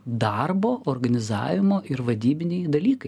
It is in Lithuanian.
darbo organizavimo ir vadybiniai dalykai